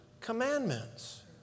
commandments